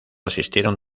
asistieron